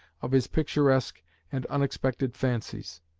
of his picturesque and unexpected fancies.